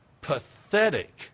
pathetic